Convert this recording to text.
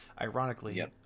Ironically